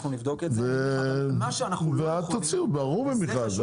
ואז תוציאו מכרז.